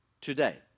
today